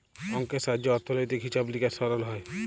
অংকের সাহায্যে অথ্থলৈতিক হিছাব লিকাস সরল হ্যয়